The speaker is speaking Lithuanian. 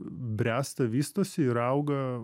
bręsta vystosi ir auga